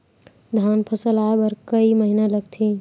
धान फसल आय बर कय महिना लगथे?